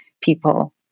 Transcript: people